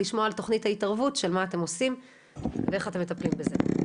מחלקים את זה מתוך 2,400,000 זה אומר 64% שהם לא מוגנים בתוך המערכת.